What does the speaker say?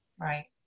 right